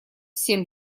всем